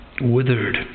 withered